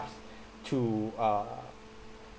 to uh